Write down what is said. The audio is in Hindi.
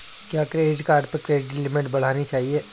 क्या क्रेडिट कार्ड पर क्रेडिट लिमिट बढ़ानी चाहिए?